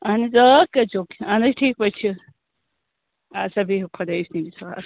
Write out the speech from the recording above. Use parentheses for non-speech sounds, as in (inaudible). اہن حظ کٔرۍزیو اہَن حظ ٹھیٖک پٲٹھۍ چھِ اچھا بِہِو خۄدایَس (unintelligible) حوال اَس